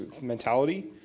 mentality